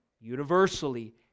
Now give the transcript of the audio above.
universally